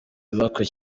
ibakwe